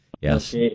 Yes